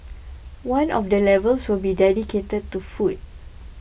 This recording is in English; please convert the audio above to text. one of the levels will be dedicated to food